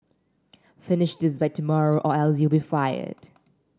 finish this by tomorrow or else you'll be fired